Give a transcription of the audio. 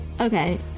Okay